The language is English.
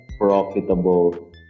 profitable